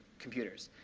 computers.